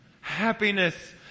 happiness